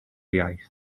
iaith